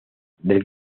del